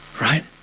Right